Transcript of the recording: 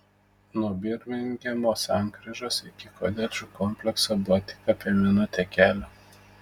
nuo birmingemo sankryžos iki kotedžų komplekso buvo tik apie minutę kelio